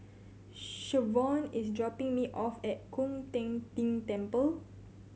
Shavonne is dropping me off at Koon Ting Temple